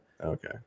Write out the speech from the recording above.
okay